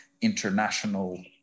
international